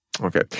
Okay